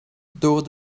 door